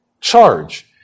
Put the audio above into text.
charge